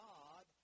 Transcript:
God